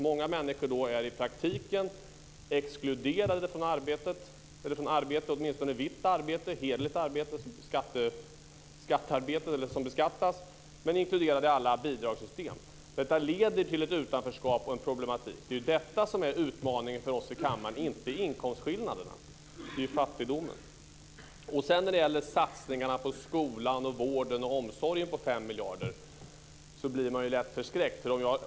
Många människor är i praktiken exkluderade från arbetet, åtminstone från vitt, hederligt arbete som beskattas, men de är inkluderade i alla bidragssystem. Det leder till ett utanförskap och en problematik. Det är detta som är utmaningen för oss här i kammaren, inte inkomstskillnaderna, utan det är fattigdomen. När det gäller satsningarna på skolan, vården och omsorgen på 5 miljarder blir man lätt förskräckt.